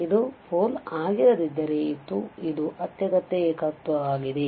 ಇದು ಪೋಲ್ ಆಗಿರದ್ದಿದ್ದರೆ ಇದು ಅತ್ಯಗತ್ಯ ಏಕತ್ವವಾಗಿದೆ